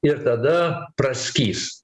ir tada praskys